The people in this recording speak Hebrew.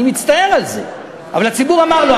אני מצטער על זה, אבל הציבור אמר לא.